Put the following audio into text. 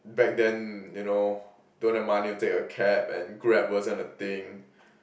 back then you know don't have money to take a cab and Grab wasn't a thing